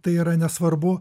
tai yra nesvarbu